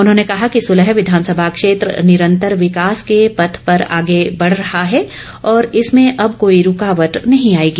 उन्होंने कहा कि सुलाह विधानसभा क्षेत्र निरन्तर विकास के पथ पर आगे बढ़ रहा है और इसमें अब कोई रूकावट नहीं आएगी